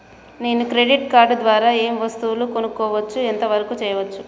నేను credit card ద్వారా ఏం వస్తువులు కొనుక్కోవచ్చు ఎంత వరకు చేయవచ్చు?